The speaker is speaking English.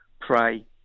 pray